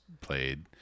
played